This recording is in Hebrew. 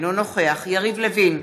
אינו נוכח יריב לוין,